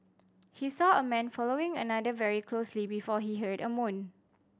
he saw a man following another very closely before he heard a moan